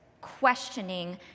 questioning